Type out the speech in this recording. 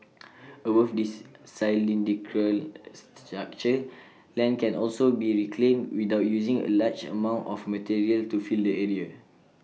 above this cylindrical structure land can also be reclaimed without using A large amount of material to fill the sea